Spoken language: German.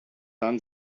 dann